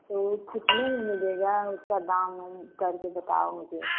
तो ओ कितने में मिलेगा उसका दाम वाम करके बताओ मुझे